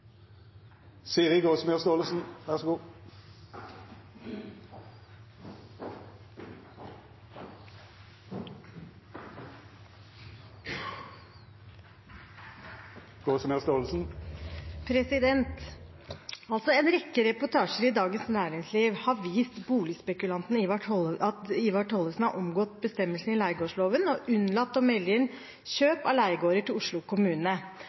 En rekke reportasjer i Dagens Næringsliv har vist at boligspekulanten Ivar Tollefsen har omgått bestemmelsene i leiegårdsloven og unnlatt å melde inn kjøp av leiegårder til Oslo kommune.